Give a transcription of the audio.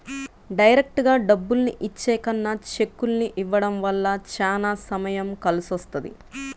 డైరెక్టుగా డబ్బుల్ని ఇచ్చే కన్నా చెక్కుల్ని ఇవ్వడం వల్ల చానా సమయం కలిసొస్తది